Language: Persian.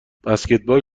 بسکتبال